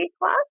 class